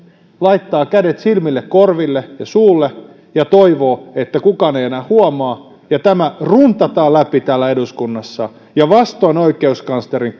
laittaa kädet silmille korville ja suulle ja toivoo että kukaan ei enää huomaa ja tämä runtataan läpi täällä eduskunnassa ja vastoin oikeuskanslerin